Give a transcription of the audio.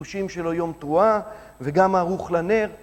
תושים שלו יום תרועה וגם ערוך לנר.